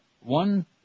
One